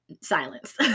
Silence